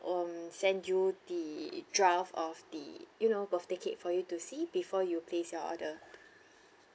um send you the draft of the you know birthday cake for you to see before you place your order